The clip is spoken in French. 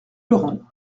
laurent